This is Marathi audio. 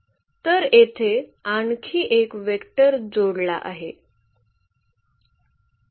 तर येथे आणखी एक वेक्टर जोडला आहे